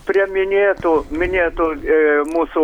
prie minėtų minėtų a mūsų